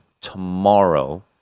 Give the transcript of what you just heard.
tomorrow